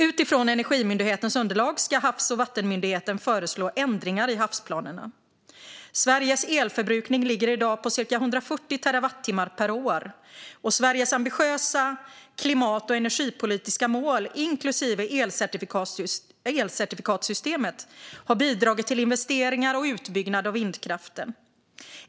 Utifrån Energimyndighetens underlag ska Havs och vattenmyndigheten föreslå ändringar i havsplanerna. Sveriges elförbrukning ligger i dag på cirka 140 terawattimmar per år. Sveriges ambitiösa klimat­ och energipolitiska mål, inklusive elcertifikatssystemet, har bidragit till investeringar och utbyggnad av vindkraften.